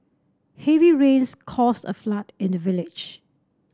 heavy rains caused a flood in the village